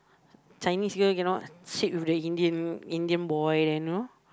Chinese girl cannot sit with the Indian Indian boy there know